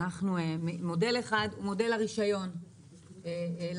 הוא לא יוכל, לפי החוק החדש,